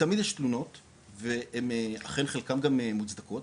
תמיד יש תלונות, ואכן חלקן גם מוצדקות,